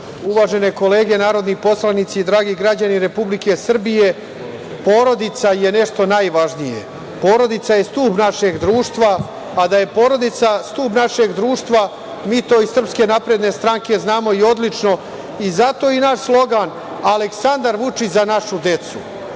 uvažene kolege narodni poslanici i dragi građani Republike Srbije, porodica je nešto najvažnije. Porodica je stub našeg društva, a da je porodica stub našeg društva mi to iz Srpske napredne stranke znamo i odlično i zato je i naš slogan „Aleksandar Vučić – Za našu decu“.Ovaj